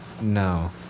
No